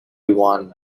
one